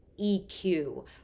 EQ